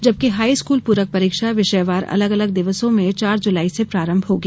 जबकि हाईस्कूल पूरक परीक्षा विषयवार अलग अलग दिवसों में चार जुलाई से प्रारंभ होंगी